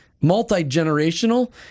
multi-generational